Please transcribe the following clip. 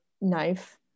knife